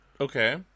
Okay